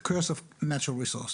The curse of national resources.